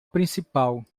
principal